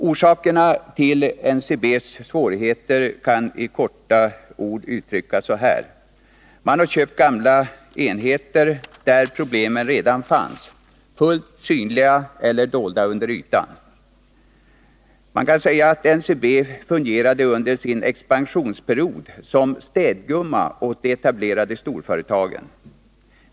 Orsakerna till NCB:s svårigheter kan i korta ord uttryckas så här: Man har köpt gamla enheter, där problemen redan fanns — fullt synliga eller dolda under ytan. Man kan säga att NCB under sin expansionsperiod fungerade som städgumma åt de etablerade storföretagen.